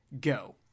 go